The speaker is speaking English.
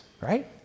right